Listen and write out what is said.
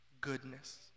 goodness